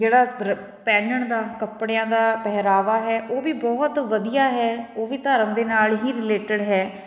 ਜਿਹੜਾ ਪਹਿਨਣ ਦਾ ਕੱਪੜਿਆਂ ਦਾ ਪਹਿਰਾਵਾ ਹੈ ਉਹ ਵੀ ਬਹੁਤ ਵਧੀਆ ਹੈ ਉਹ ਵੀ ਧਰਮ ਦੇ ਨਾਲ ਹੀ ਰਿਲੇਟਡ ਹੈ